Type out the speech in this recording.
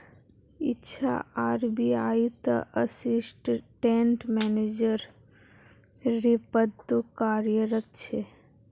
इच्छा आर.बी.आई त assistant manager रे पद तो कार्यरत छे